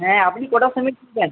হ্যাঁ আপনি কটার সময় নিতে চান